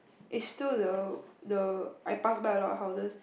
is still the the I pass by a lot of houses